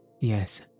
Yes